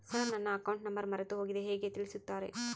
Sir ನನ್ನ account number ಮರೆತುಹೋಗಿದೆ ಹೇಗೆ ತಿಳಿಸುತ್ತಾರೆ?